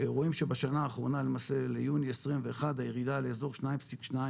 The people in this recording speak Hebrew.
רואים שבשנה האחרונה למעשה ליוני 2021 הירידה לאיזור 2.2